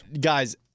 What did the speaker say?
guys